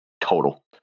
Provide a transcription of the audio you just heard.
total